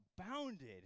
abounded